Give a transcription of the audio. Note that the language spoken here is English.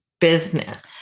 business